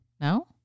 No